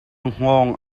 hngawng